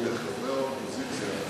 חברי האופוזיציה,